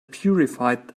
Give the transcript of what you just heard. purified